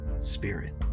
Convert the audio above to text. Spirit